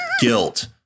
guilt